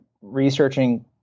researching